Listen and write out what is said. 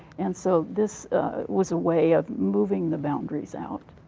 and so, this was a way of moving the boundaries out.